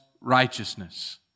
righteousness